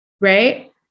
Right